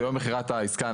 ביום מכירת העסקה,